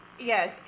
Yes